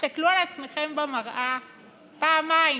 תסתכלו על עצמכם במראה פעמיים: